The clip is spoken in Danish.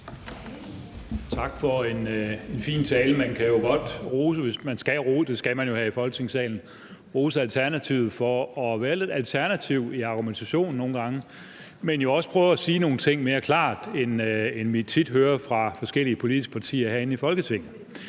Tak for en fin tale. Man kan jo godt, hvis man skal give ros, og det skal man jo her i Folketingssalen, rose Alternativet for at være lidt alternative i argumentationen nogle gange, men jo også prøve at sige nogle ting mere klart, end vi tit hører det fra forskellige politiske partier herinde i Folketinget.